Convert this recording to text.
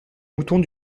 moutons